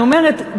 אני אומרת,